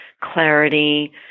clarity